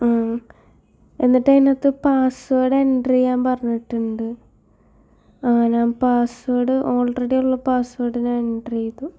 ആ എന്നിട്ടതിനകത്ത് password enter ചെയ്യാൻ പറഞ്ഞിട്ടുണ്ട് ആഹ് ഞാൻ പാസ്വേഡ് ഓൾരെഡി ഉള്ള പാസ്വേഡ് ഞാൻ എന്റേറിയതു